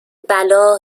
بلا